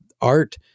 art